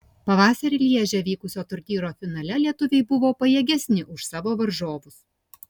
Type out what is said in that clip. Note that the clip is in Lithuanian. pavasarį lježe vykusio turnyro finale lietuviai buvo pajėgesni už savo varžovus